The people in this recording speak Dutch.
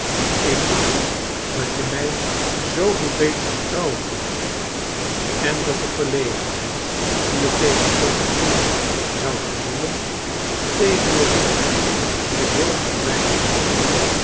ik bedoel dat je mij zooveel beter vertrouwen kunt en dat de veriegenheid die je tegenover anderen zoudt gevoelen tegenover mij geheel verdwijnen zal